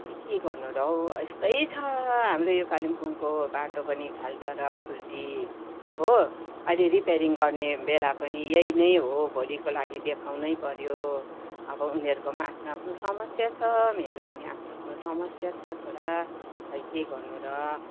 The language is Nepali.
खोइ के गर्नु र हौ यस्तै छ हाम्रो यो कालिम्पोङको बाटो पनि खाल्डा र खुल्डी हो अहिले रिपेयरिङ गर्ने बेला पनि यही नै हो भोलिको लागि देखाउनै पऱ्यो अब उनीहरूको पनि आफ्नो आफ्नो समस्या छ मेरो पनि आफ्नो आफ्नो समस्या छ छोरा खोइ के गर्नु र